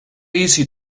easy